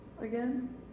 again